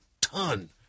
ton